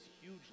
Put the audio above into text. huge